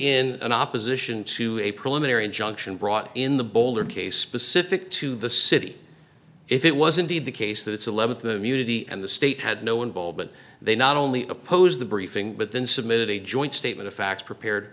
in in opposition to a preliminary injunction brought in the boulder case specific to the city if it was indeed the case that it's eleventh them unity and the state had no involvement they not only oppose the briefing but then submitted a joint statement of facts prepared